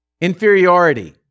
inferiority